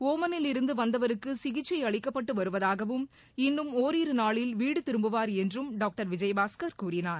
ஓமனில் இருந்துவந்தவருக்குசிகிச்கைஅளிக்கப்பட்டுவருவதாகவும் இன்னும் ஓரிருநாளில் வீடுதிரும்புவார் என்றும் திருவிஜயபாஸ்கர் கூறினார்